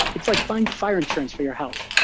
it's like buying fire insurance for your house.